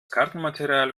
kartenmaterial